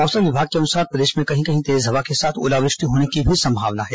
मौसम विभाग के अनुसार प्रदेश में कहीं कहीं तेज हवा के साथ ओलावृष्टि होने की भी संभावना है